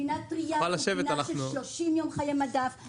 גבינה טרייה זו גבינה של 30 יום חיי מדף,